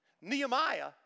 Nehemiah